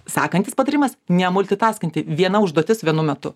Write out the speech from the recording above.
sekantis patarimas nemultitaskinti viena užduotis vienu metu